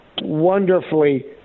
wonderfully